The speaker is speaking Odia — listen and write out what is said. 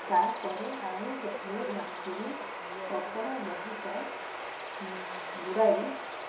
ତାପରେ ଆଉ ଗୋଟିଏ ବାଲଟିରେ କପଡ଼ା ବହୁତ ବୁଡ଼ାଇ